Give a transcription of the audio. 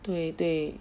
对对